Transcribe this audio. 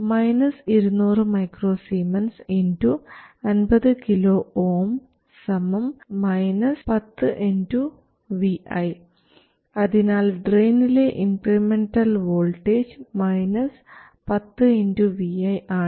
200 µS 50 KΩ 10 vi അതിനാൽ ഡ്രയിനിലെ incremental voltage 10 vi ആണ്